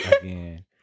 Again